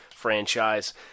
franchise